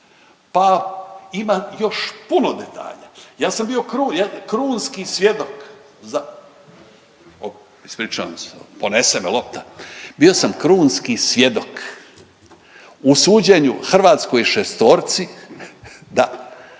pa ima još puno detalja. Ja sam bio krunski svjedok za, ispričavam se, ponese me lopta, bio sam krunski svjedok u suđenju hrvatskoj šestorci da,